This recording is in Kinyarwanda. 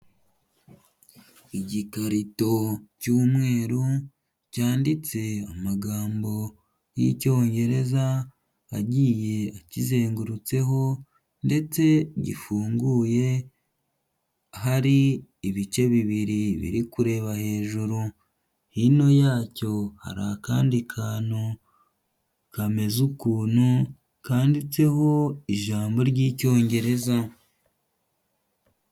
Igikarito cy'umweru cyanditse amagambo y'Icyongereza agiye akizengurutseho ndetse gifunguye, hari ibice bibiri biri kureba hejuru. Hino yacyo hari akandi kantu kameze ukuntu, kanditseho ijambo ry'Icyongereza.